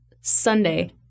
Sunday